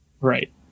Right